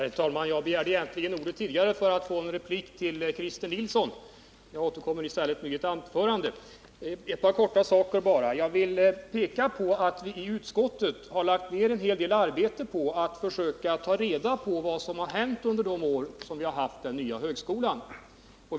Herr talman! Jag begärde egentligen ordet tidigare för replik till Christer Nilsson, men jag återkommer i stället med ett anförande. Ett par saker i all korthet. Jag vill peka på att vi i utskottet har lagt ned en hel del arbete på att försöka ta reda på vad som hänt under de år som den nya högskolan funnits.